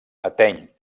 ateny